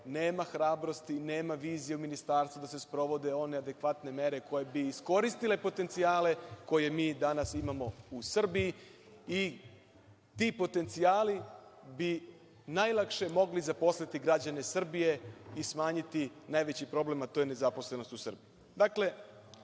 nema hrabrosti, nema vizije u Ministarstvu da se sprovode one adekvatne mere koje bi iskoristile potencijale koje mi danas imamo u Srbiji. Ti potencijali bi najlakše mogli zaposliti građane Srbije i smanjiti najveći problem, a to je nezaposlenost u Srbiji. Dakle,